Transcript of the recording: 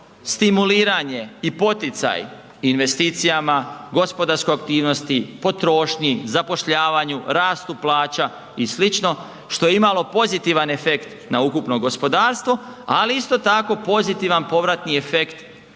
stimuliranje i poticaj investicijama, gospodarskoj aktivnosti, potrošnji, zapošljavanju, rastu plaća i sl., što je imalo pozitivan efekt na ukupno gospodarstvo, ali isto tako pozitivan povratni efekt